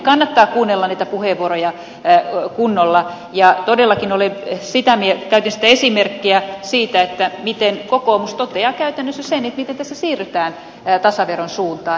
kannattaa kuunnella niitä puheenvuoroja kunnolla ja todellakin käytin sitä esimerkkiä siitä miten kokoomus toteaa käytännössä sen miten tässä siirrytään tasaveron suuntaan